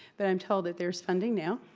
but i'm told that there's funding now.